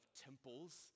temples